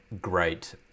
great